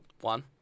One